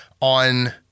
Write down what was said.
on